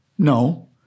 No